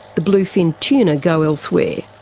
the bluefin tuna go elsewhere,